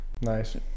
nice